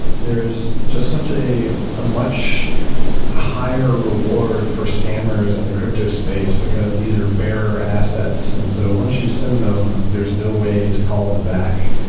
there's just such a ah much higher reward for scammers in and the crypto space, because these are bearer assets. and so once you send them, there's no way to call them back.